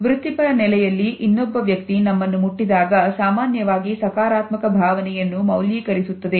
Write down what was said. ವೃತ್ತಿಪರ ನೆಲೆಯಲ್ಲಿ ಇನ್ನೊಬ್ಬ ವ್ಯಕ್ತಿ ನಮ್ಮನ್ನು ಮುಟ್ಟಿದಾಗ ಸಾಮಾನ್ಯವಾಗಿ ಸಕಾರಾತ್ಮಕ ಭಾವನೆಯನ್ನು ಮೌಲ್ಯೀಕರಿಸುತ್ತದೆ